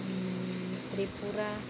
Tripura